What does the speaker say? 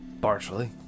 Partially